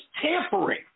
tampering